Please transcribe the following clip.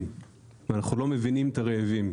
ולא מבינים את הרעבים.